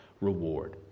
reward